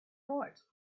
right